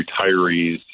retirees